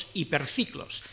hiperciclos